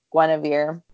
Guinevere